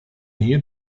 nähe